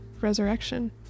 resurrection